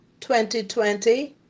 2020